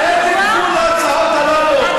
אין גבול להצעות הללו.